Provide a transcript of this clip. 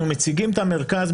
אנחנו מציגים את המרכז,